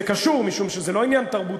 זה קשור משום שזה לא עניין תרבותי.